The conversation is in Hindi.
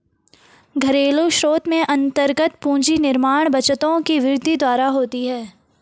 घरेलू स्रोत में अन्तर्गत पूंजी निर्माण बचतों की वृद्धि द्वारा होती है